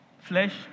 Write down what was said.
Flesh